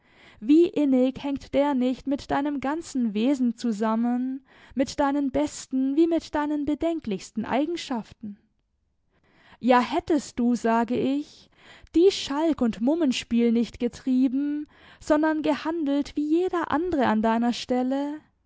wie innig hängt der nicht mit deinem ganzen wesen zusammen mit deinen besten wie mit deinen bedenklichsten eigenschaften ja hättest du sage ich dies schalk und mummenspiel nicht getrieben sondern gehandelt wie jeder andere an deiner stelle